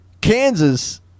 Kansas